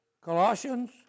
Colossians